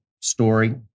story